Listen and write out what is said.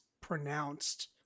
pronounced